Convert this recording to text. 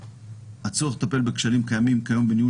הצורך לטפל בכשלים קיימים כיום בניהול